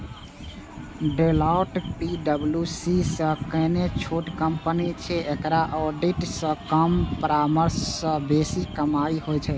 Deloitte पी.डब्ल्यू.सी सं कने छोट कंपनी छै, एकरा ऑडिट सं कम परामर्श सं बेसी कमाइ होइ छै